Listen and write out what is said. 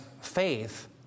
faith